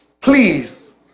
please